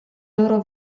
loro